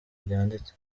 ryanditse